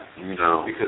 No